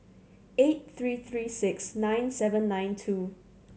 eight three three six nine seven nine two